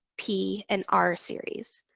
p, and r series.